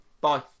Bye